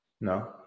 no